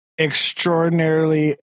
extraordinarily